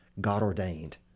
God-ordained